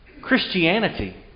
Christianity